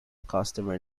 customer